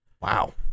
Wow